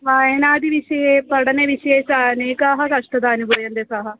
वाचनादिविषये पठनविषये च अनेकाः कष्टाः अनुभूयन्ते सः